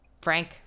Frank